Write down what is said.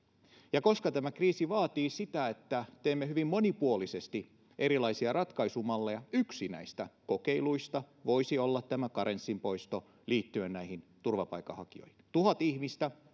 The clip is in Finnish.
ja koska tämä kriisi vaatii sitä että teemme hyvin monipuolisesti erilaisia ratkaisumalleja yksi näistä kokeiluista voisi olla tämä karenssin poisto liittyen näihin turvapaikanhakijoihin tuhat ihmistä